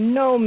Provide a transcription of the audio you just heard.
no